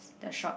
the short